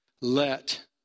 Let